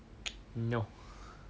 no